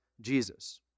Jesus